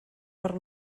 per